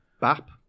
bap